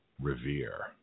Revere